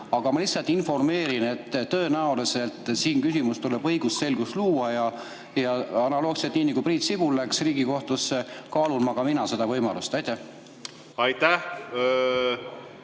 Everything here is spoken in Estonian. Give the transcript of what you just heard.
aga ma lihtsalt informeerin, et tõenäoliselt siin küsimuses tuleb õigusselgus luua. Ja analoogselt, nii nagu Priit Sibul läks Riigikohtusse, kaalun ka mina seda võimalust. Aitäh,